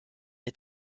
est